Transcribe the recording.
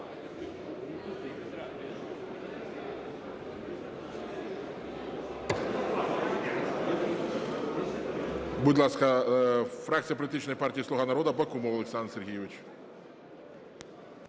Будь ласка, фракція Політичної партії "Слуга народу" Бакумов Олександр Сергійович.